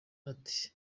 ati